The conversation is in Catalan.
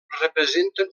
representen